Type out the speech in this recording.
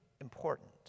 important